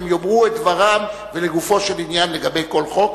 הם יאמרו את דברם ולגופו של עניין לגבי כל חוק,